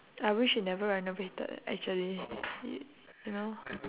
I wish it never renovated actually y~ you know